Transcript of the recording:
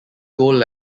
goal